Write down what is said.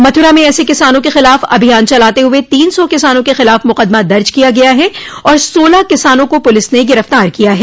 मथुरा में एसे किसानों के खिलाफ अभियान चलाते हुए तीन सौ किसानों के खिलाफ मुकदमा दर्ज किया गया है और सोलह किसानों को पुलिस ने गिरफ्तार किया है